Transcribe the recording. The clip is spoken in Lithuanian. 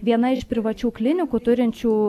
viena iš privačių klinikų turinčių